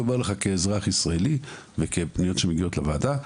כאזרח ישראלי ומפניות שמגיעות לוועדה,